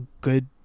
good